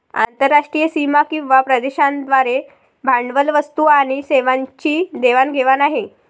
आंतरराष्ट्रीय सीमा किंवा प्रदेशांद्वारे भांडवल, वस्तू आणि सेवांची देवाण घेवाण आहे